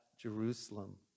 Jerusalem